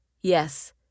Yes